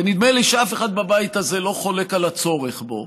ונדמה לי שאף אחד בבית הזה לא חולק על הצורך בו,